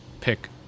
pick